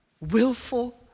Willful